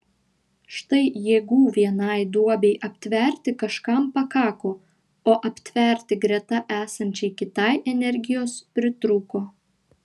štai jėgų vienai duobei aptverti kažkam pakako o aptverti greta esančiai kitai energijos pritrūko